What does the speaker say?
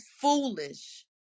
foolish